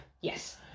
Yes